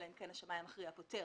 אלא אם כן השמאי המכריע פוטר